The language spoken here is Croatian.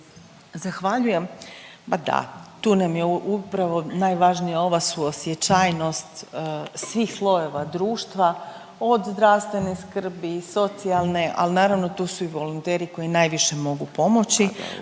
Zahvaljujem. Tu nam je upravo najvažnija ova suosjećajnoj svih slojeva društva, od zdravstvene skrbi, socijalne, ali naravno tu su i volonteri koji najviše mogu pomoći.